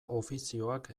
ofizioak